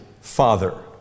Father